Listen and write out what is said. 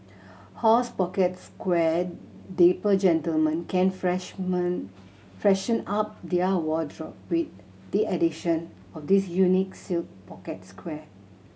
horse pocket square Dapper gentlemen can freshman freshen up their wardrobe with the addition of this unique silk pocket square